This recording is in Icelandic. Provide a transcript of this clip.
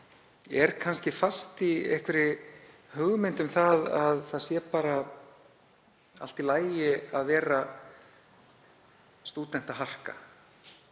mál er kannski fast í einhverri hugmynd um að það sé bara allt í lagi að vera stúdent að harka.